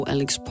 Alex